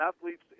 athletes